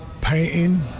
painting